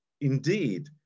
Indeed